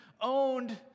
owned